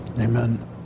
Amen